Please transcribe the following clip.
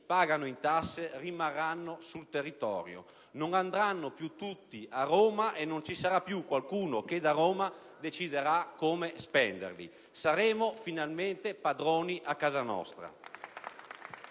pagano in tasse rimarranno sul territorio; non andranno più tutti a Roma e non ci sarà più qualcuno che da Roma deciderà come spenderli. Saremo finalmente padroni a casa